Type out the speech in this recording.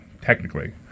technically